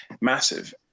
massive